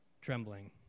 trembling